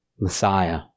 Messiah